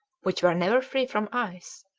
which were never free from ice,